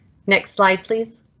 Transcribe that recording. next slide, please.